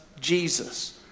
Jesus